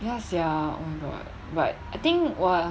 ya sia oh my god but I think !wah!